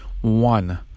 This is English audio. one